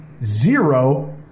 zero